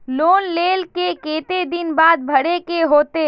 Loan लेल के केते दिन बाद भरे के होते?